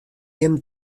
him